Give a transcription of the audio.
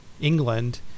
England